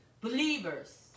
believers